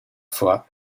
fois